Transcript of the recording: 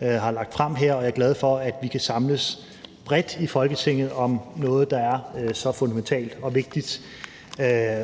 har fremsat, og jeg er glad for, at vi kan samles bredt i Folketinget om noget, der er så fundamentalt og vigtigt.